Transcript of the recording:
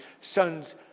son's